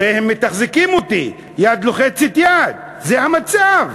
הרי הם מתחזקים אותי, יד לוחצת יד, זה המצב.